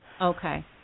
Okay